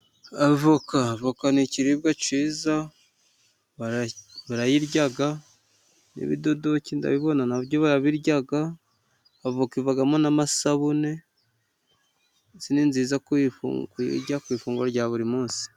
Avoka ni ikiribwa cyiza barayirya n'ibidodoki ndabibona barabirya. Avoka ivamo n'amasabune, ni nziza ijya ku ifunguro rya buri munsi.